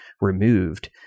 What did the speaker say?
removed